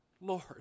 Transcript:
Lord